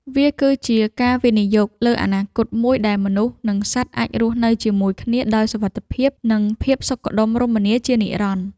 វាគឺជាការវិនិយោគលើអនាគតមួយដែលមនុស្ស និងសត្វអាចរស់នៅជាមួយគ្នាដោយសុវត្ថិភាព និងភាពសុខដុមរមនាជានិរន្តរ៍។